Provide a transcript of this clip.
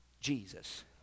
Jesus